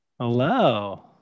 Hello